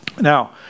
Now